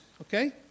Okay